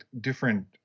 different